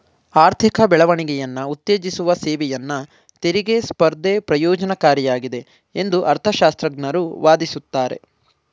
ಆರ್ಥಿಕ ಬೆಳವಣಿಗೆಯನ್ನ ಉತ್ತೇಜಿಸುವ ಸೇವೆಯನ್ನ ತೆರಿಗೆ ಸ್ಪರ್ಧೆ ಪ್ರಯೋಜ್ನಕಾರಿಯಾಗಿದೆ ಎಂದು ಅರ್ಥಶಾಸ್ತ್ರಜ್ಞರು ವಾದಿಸುತ್ತಾರೆ